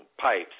pipes